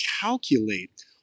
calculate